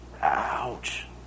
ouch